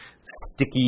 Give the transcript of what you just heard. sticky